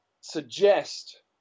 suggest